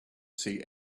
see